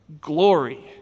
glory